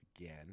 again